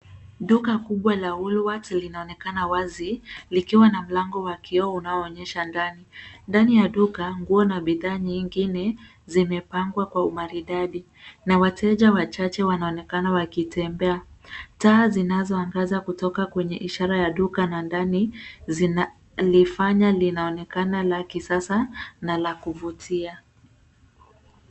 Duka kubwa la Woolworths linaonekana wazi, likiwa na mlango wa kioo unaoonyesha ndani. Ndani ya duka, nguo na bidhaa nyingine zimepangwa kwa umaridadi na wateja wachache wanaonekana wakitembea. Taa zinazoangaza kutoka kwenye ishara ya duka na ndani, zinalifanya linaonekana la kisasa na la kuvutia.